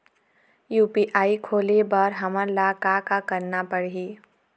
UPI खोले बर हमन ला का का करना पड़ही?